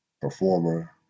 performer